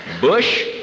Bush